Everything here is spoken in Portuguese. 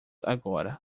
agora